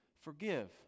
forgive